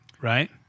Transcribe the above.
right